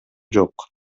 жок